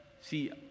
See